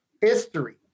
history